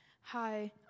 Hi